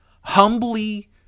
Humbly